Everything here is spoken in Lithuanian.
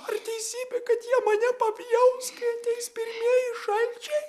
ar teisybė kad jie mane papjaus kai ateis pirmieji šalčiai